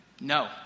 No